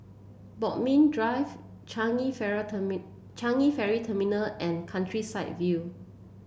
Bodmin Drive Changi Ferry Changi Ferry Terminal and Countryside View